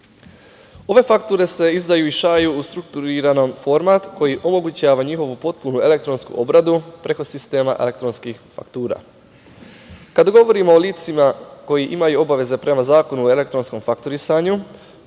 fakture se izdaju i šalju u strukturiranom formatu koji omogućava njihovu potpunu elektronsku obradu preko sistema elektronskih faktura. Kada govorimo o licima koji imaju obaveze prema Zakonu u elektronskom fakturisanju,